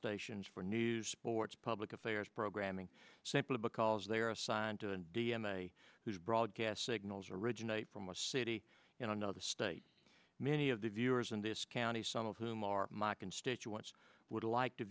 ations for news sports public affairs programming simply because they are assigned to a d m a whose broadcast signals originate from a city in another state many of the viewers in this county some of whom are my constituents would like to